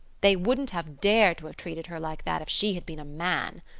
they wouldn't have dared to have treated her like that if she had been a man.